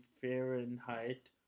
Fahrenheit